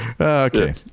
Okay